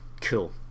cool